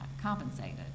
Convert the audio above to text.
compensated